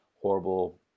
horrible